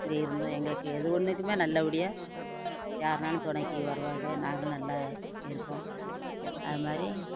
இங்க இருந்தோம் எங்களுக்கு எது ஒண்ணுக்குமே நல்லபடியா யார்னாலும் துணைக்கு வருவாக நாங்களும் நல்லா இருப்போம் அதுமாதிரி